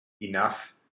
enough